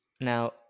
now